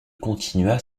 continua